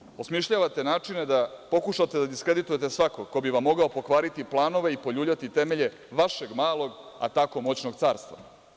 Kaže – vi danas osmišljavate načine da pokušate da diskreditujete svakoga ko bi vam mogao pokvariti planove u poljuljati temelje vašeg malog, a tako moćnog carstva.